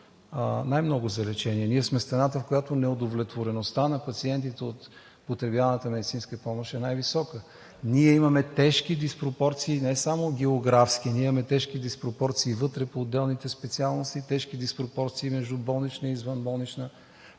Ние сме страната, в която неудовлетвореността на пациентите от потребяваната медицинска помощ е най-висока. Ние имаме тежки диспропорции, не само географски, ние имаме тежки диспропорции вътре по отделните специалности, тежки диспропорции между болнична и извънболнична